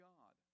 God